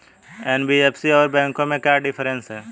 NBFC और बैंकों में क्या डिफरेंस है?